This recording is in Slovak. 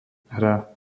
hra